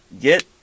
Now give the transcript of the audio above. get